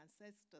ancestors